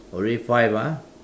already five ah